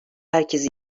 herkes